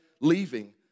leaving